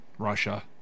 russia